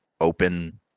open